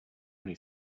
many